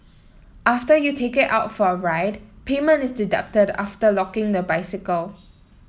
after you take it out for a ride payment is deducted after locking the bicycle